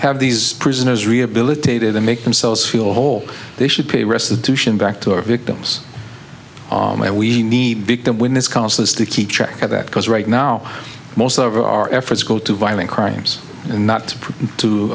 have these prisoners rehabilitated and make themselves feel whole they should pay restitution back to our victims and we need victim witness counselors to keep track of that because right now most of our efforts go to violent crimes and not to